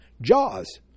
Jaws